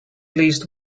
least